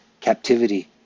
captivity